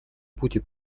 будет